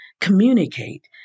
communicate